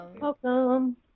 welcome